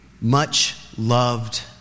much-loved